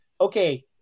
okay